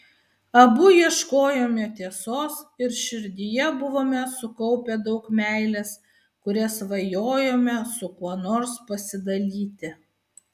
abu ieškojome tiesos ir širdyje buvome sukaupę daug meilės kuria svajojome su kuo nors pasidalyti